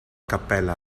cappella